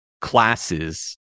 classes